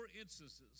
instances